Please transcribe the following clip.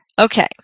Okay